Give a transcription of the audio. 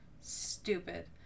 stupid